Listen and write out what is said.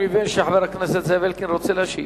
אני מבין שחבר הכנסת זאב אלקין רוצה להשיב.